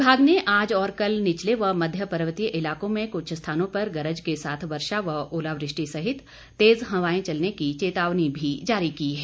विभाग ने आज और कल निचले व मध्य पर्वतीय इलाकों में कुछ स्थानों पर गरज के साथ वर्षा व ओलावृष्टि सहित तेज हवाएं चलने की चेतावनी भी जारी की है